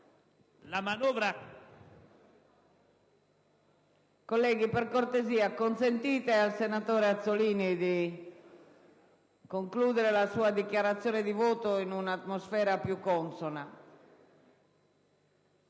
Colleghi, vi chiedo la cortesia di consentire al senatore Azzollini di concludere la sua dichiarazione di voto in un'atmosfera più consona.